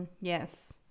yes